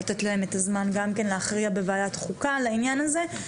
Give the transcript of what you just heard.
לתת להם את הזמן גם כן להכריע בוועדת חוקה לעניין הזה,